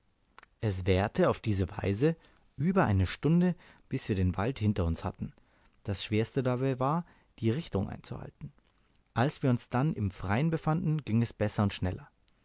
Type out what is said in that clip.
es währte auf diese weise über eine stunde bis wir den wald hinter uns hatten das schwerste dabei war die richtung einzuhalten als wir uns dann im freien befanden ging es besser und schneller